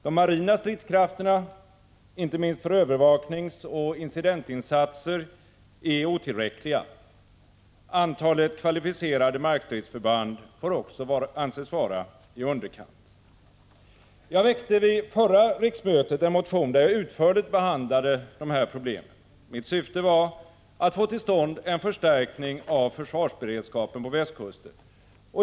De marina stridskrafterna, inte minst för övervakningsoch incidentinsatser, är otillräckliga. Antalet kvalificerade markstridsförband får också anses vara i underkant. Jag väckte vid förra riksmötet en motion där jag utförligt behandlade dessa problem. Mitt syfte var att få till stånd en förstärkning av försvarsberedskapen på västkusten.